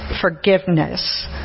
forgiveness